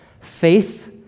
Faith